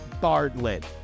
bartlett